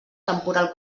temporal